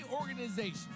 organization